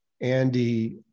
Andy